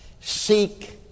seek